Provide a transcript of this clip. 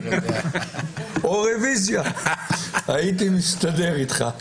או רביזיה, הייתי מסתדר אתך...